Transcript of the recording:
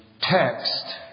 text